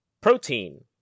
protein